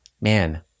Man